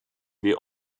wir